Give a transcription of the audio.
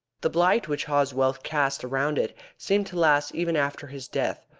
the blight which haw's wealth cast around it seemed to last even after his death.